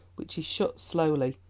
which he shut slowly,